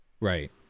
Right